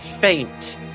faint